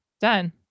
Done